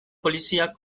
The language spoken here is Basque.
poliziak